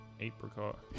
apricot